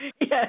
yes